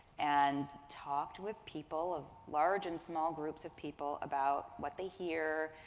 and talked with people of large and small groups of people about what they hear,